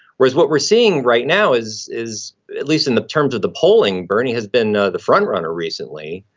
whereas what we're seeing right now is, is at least in the terms of the polling, bernie has been ah the frontrunner recently,